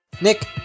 Nick